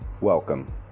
welcome